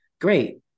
great